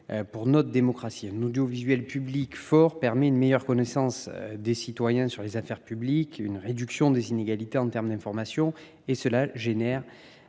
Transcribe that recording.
pour notre démocratie. Un audiovisuel public fort améliore la connaissance des citoyens sur les affaires publiques, favorise la réduction des inégalités en termes d’information et entraîne